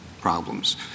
problems